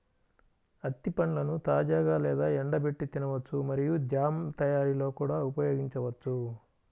అత్తి పండ్లను తాజాగా లేదా ఎండబెట్టి తినవచ్చు మరియు జామ్ తయారీలో కూడా ఉపయోగించవచ్చు